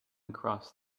across